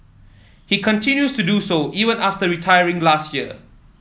he continues to do so even after retiring last year